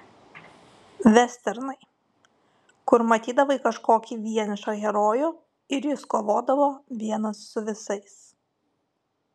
vesternai kur matydavai kažkokį vienišą herojų ir jis kovodavo vienas su visais